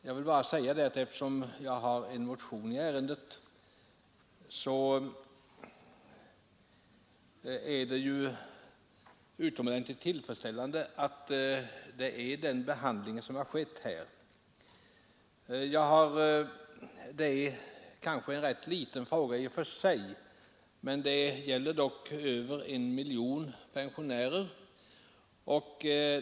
Jag vill bara, eftersom jag har en motion i ärendet, understryka att den behandling som här har skett är utomordentligt tillfredsställande. Frågan är kanske rätt liten i och för sig, men det gäller dock över 1 miljon pensionärer.